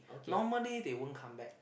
normally they won't come back